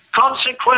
consequence